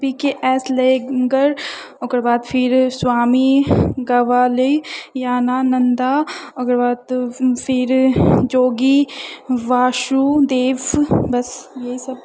पी K S लेगर ओकर बाद फिर स्वामी गवाली यनानन्दा ओकर बाद फिर जोगी वाशुदेव बस यही सब